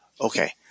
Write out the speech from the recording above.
Okay